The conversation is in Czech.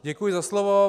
Děkuji za slovo.